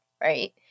right